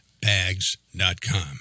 bags.com